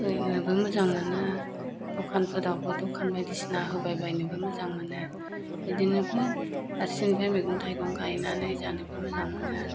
बेरायनोबो मोजां मोनो दखानफोरावबो दखान बायदिसिना होबाय बायनोबो मोजां मोनो बिदिनो फारसेनिफ्राय मैगं थाइगं गायनानै जानोबो मोजां मोनो